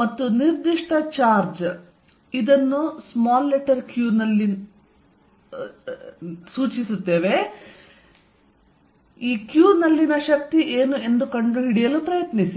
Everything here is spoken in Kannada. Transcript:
ಮತ್ತು ನಿರ್ದಿಷ್ಟ ಚಾರ್ಜ್ q ನಲ್ಲಿನ ಶಕ್ತಿ ಏನು ಎಂದು ಕಂಡುಹಿಡಿಯಲು ಪ್ರಯತ್ನಿಸಿ